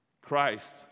Christ